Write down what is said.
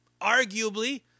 Arguably